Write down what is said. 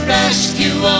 rescue